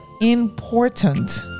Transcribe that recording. important